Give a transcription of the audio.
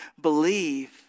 believe